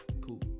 Cool